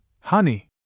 honey